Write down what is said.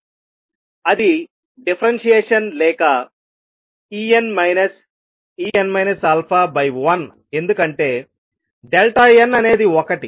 అది డిఫరెన్షియేషన్ లేక En En α1ఎందుకంటే n అనేది ఒకటి